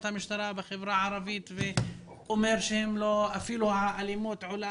המשטרה בחברה הערבית ואומר שהאלימות עולה,